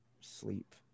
sleep